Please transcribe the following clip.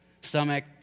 Stomach